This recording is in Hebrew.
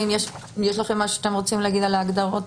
האם יש לכם משהו שאתם רוצים להגיד על ההגדרות?